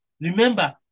remember